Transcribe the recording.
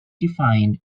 defined